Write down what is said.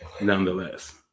nonetheless